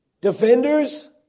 Defenders